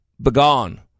Begone